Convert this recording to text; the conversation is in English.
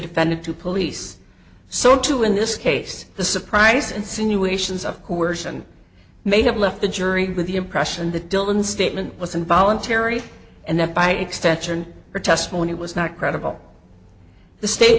defendant to police so to in this case the surprise insinuations of coercion may have left the jury with the impression that dylan statement was involuntary and that by extension her testimony was not credible the state